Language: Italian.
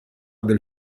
del